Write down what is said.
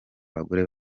abagore